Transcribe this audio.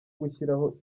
gushyiraho